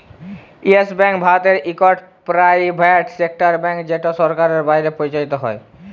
yes Bank ভারতের ইকট private sector bank যেট সরকারের বাইরে পরিচালিত হ্যয়